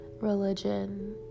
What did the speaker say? Religion